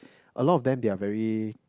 a lot of them they are very